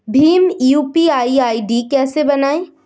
Bhim UPI ID कैसे बनाएं?